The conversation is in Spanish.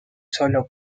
solo